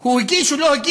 הוא הגיש או לא הגיש?